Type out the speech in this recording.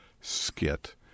skit